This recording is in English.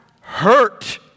hurt